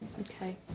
Okay